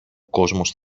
κόσμος